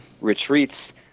retreats